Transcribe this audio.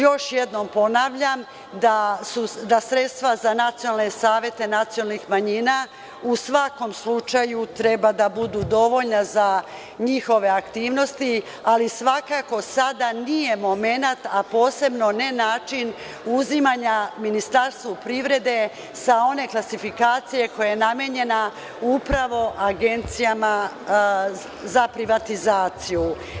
Još jednom ponavljam da sredstva za nacionalne savete nacionalnih manjina u svakom slučaju treba da budu dovoljna za njihove aktivnosti, ali svakako sada nije momenat, a posebno ne način uzimanja Ministarstvu privrede sa one klasifikacije koja je namenjena upravo agencijama za privatizaciju.